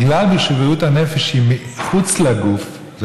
בגלל שבריאות הנפש היא מחוץ לגוף,